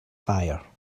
fire